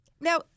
Now –